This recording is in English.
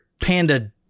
panda